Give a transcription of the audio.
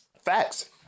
Facts